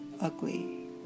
ugly